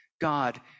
God